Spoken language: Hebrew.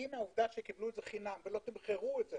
בגין העובדה שקיבלו את זה חינם ולא תמחרו את זה,